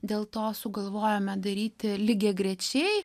dėl to sugalvojome daryti lygiagrečiai